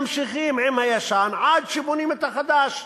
שממשיכים עם הישן עד שבונים את החדש.